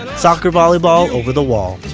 soccer volleyball over the wall.